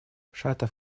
шатов